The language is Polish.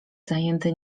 zajęty